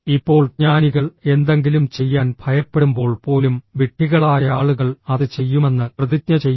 ഇപ്പോൾ ജ്ഞാനികൾ എന്തെങ്കിലും ചെയ്യാൻ ഭയപ്പെടുമ്പോൾ പോലും വിഡ്ഢികളായ ആളുകൾ അത് ചെയ്യുമെന്ന് പ്രതിജ്ഞ ചെയ്യും